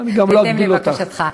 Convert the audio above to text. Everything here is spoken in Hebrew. בהתאם לבקשתך.